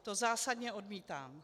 To zásadně odmítám.